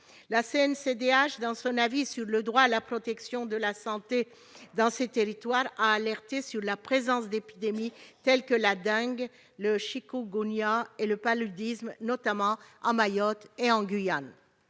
(CNCDH), dans son avis sur le droit à la protection de la santé dans ces territoires, a alerté sur la présence d'épidémies telles que la dengue, le chikungunya et le paludisme, notamment à Mayotte et en Guyane.